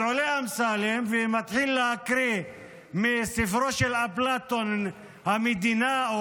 אז עולה אמסלם ומתחיל להקריא מספרו של אפלטון "המדינה",